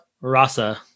rasa